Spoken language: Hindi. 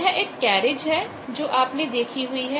यह एक कैरिज है जो आपने देखी हुई है